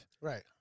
Right